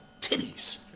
titties